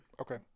okay